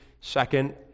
Second